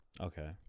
Okay